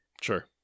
Sure